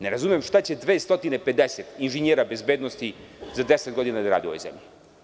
Ne razumem šta će 250 inženjera bezbednosti za 10 godina da rade u ovoj zemlji?